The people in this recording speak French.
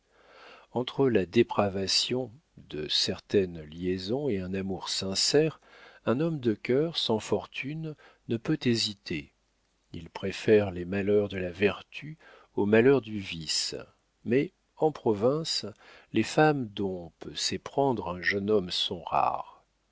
entre la dépravation de certaines liaisons et un amour sincère un homme de cœur sans fortune ne peut hésiter il préfère les malheurs de la vertu aux malheurs du vice mais en province les femmes dont peut s'éprendre un jeune homme sont rares